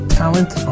talent